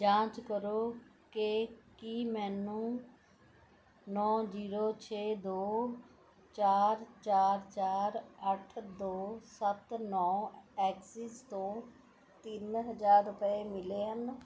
ਜਾਂਚ ਕਰੋ ਕਿ ਕੀ ਮੈਨੂੰ ਨੌ ਜੀਰੋ ਛੇ ਦੋ ਚਾਰ ਚਾਰ ਚਾਰ ਅੱਠ ਦੋ ਸੱਤ ਨੌ ਐਕਸਿਸ ਤੋਂ ਤਿੰਨ ਹਜ਼ਾਰ ਰੁਪਏ ਮਿਲੇ ਹਨ